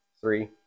three